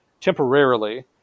temporarily